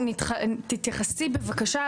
בבקשה,